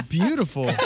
beautiful